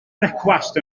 brecwast